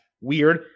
weird